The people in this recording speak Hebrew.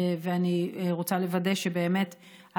אני רוצה לוודא שבאמת,